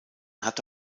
hatte